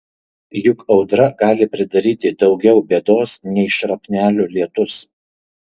juk audra gali pridaryti daugiau bėdos nei šrapnelių lietus